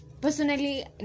personally